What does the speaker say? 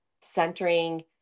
centering